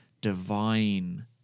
divine